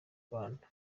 rwanda